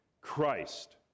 Christ